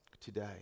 today